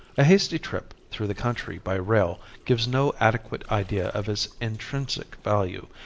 a hasty trip through the country by rail gives no adequate idea of its intrinsic value,